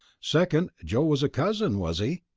second, joe was a cousin, was he!